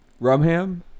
Rumham